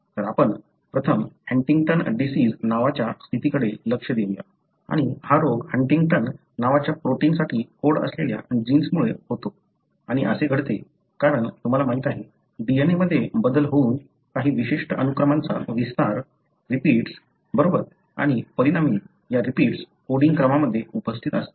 तर आपण प्रथम हंटिंग्टन डिसिज नावाच्या स्थितीकडे लक्ष देऊ या आणि हा रोग हंटिंगटिन नावाच्या प्रोटिनसाठी कोड असलेल्या जीन्समुळे होतो आणि असे घडते कारण तुम्हाला माहिती आहे DNA मध्ये बदल होऊन काही विशिष्ट अनुक्रमांचा विस्तार रिपीट्स बरोबर आणि परिणामी या रिपीट्स कोडिंग क्रमामध्ये उपस्थित असतात